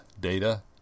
data